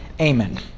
Amen